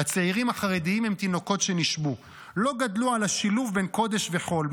"הצעירים החרדים הם תינוקות שנשבו: לא גדלו על השילוב בין קודש וחול,